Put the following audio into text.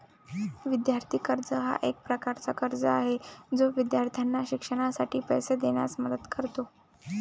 विद्यार्थी कर्ज हा एक प्रकारचा कर्ज आहे जो विद्यार्थ्यांना शिक्षणासाठी पैसे देण्यास मदत करतो